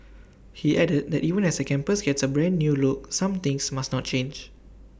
he added that even as the campus gets A brand new look some things must not change